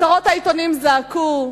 כותרות העיתונים זעקו,